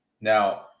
Now